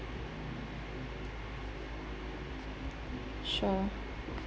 sure